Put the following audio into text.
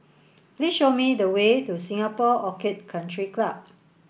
please show me the way to Singapore Orchid Country Club